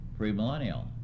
premillennial